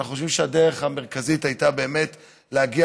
ואנחנו חושבים שהדרך המרכזית הייתה להגיע